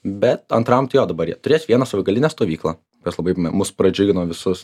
bet antram tai jo dabar jie turės vieną savaitgalinę stovyklą kas labai mus pradžiugino visus